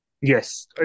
Yes